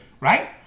right